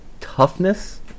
toughness